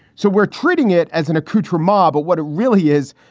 so we're treating it as an acute remar. but what it really is,